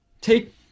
take